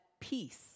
peace